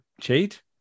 cheat